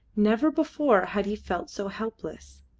never before had he felt so helpless.